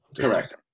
correct